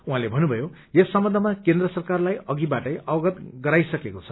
उहाँले भन्नुभयो यस सम्बन्धमा केन्द्र सरकारलाई अधिबाटै अवगत गराइसकेको छ